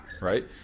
Right